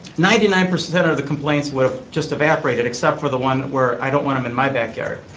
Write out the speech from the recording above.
ninety nine percent of the complaints would have just evaporated except for the one where i don't want him in my backyard.